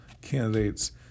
candidates